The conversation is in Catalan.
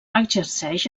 exerceix